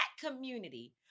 community